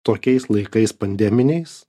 tokiais laikais pandeminiais